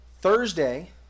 Thursday